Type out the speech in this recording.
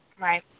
Right